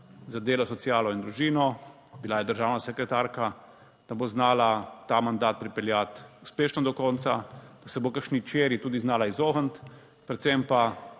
za delo, socialo in družino, bila je državna sekretarka, da bo znala ta mandat pripeljati uspešno do konca, da se bo kakšni čeri tudi znala izogniti, predvsem pa